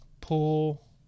pull